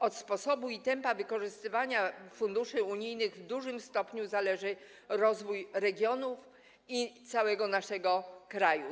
Od sposobu i tempa wykorzystywania funduszy unijnych w dużym stopniu zależy rozwój regionów i całego naszego kraju.